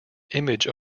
image